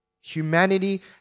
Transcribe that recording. Humanity